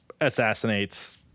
assassinates